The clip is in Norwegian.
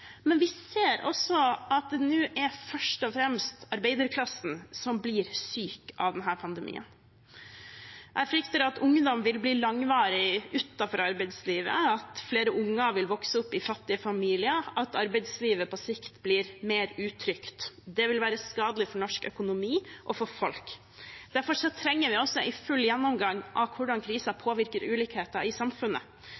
men vi ser også at det nå er først og fremst arbeiderklassen som blir syk av denne pandemien. Jeg frykter at ungdom vil bli langvarig utenfor arbeidslivet, at flere unger vil vokse opp i fattige familier, og at arbeidslivet på sikt blir mer utrygt. Det vil være skadelig for norsk økonomi og for folk. Derfor trenger vi også en full gjennomgang av hvordan